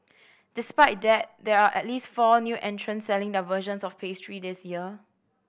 despite that there are at least four new entrants selling their versions of the pastries this year